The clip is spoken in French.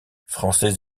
français